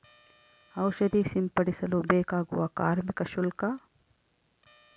ಔಷಧಿ ಸಿಂಪಡಿಸಲು ಬೇಕಾಗುವ ಕಾರ್ಮಿಕ ಶುಲ್ಕ?